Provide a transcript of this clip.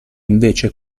invece